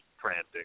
frantic